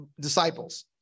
disciples